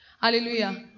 Hallelujah